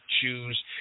choose